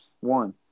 One